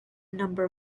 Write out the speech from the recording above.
number